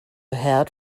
head